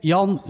Jan